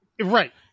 Right